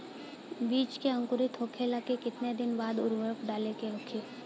बिज के अंकुरित होखेला के कितना दिन बाद उर्वरक डाले के होखि?